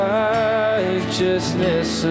righteousness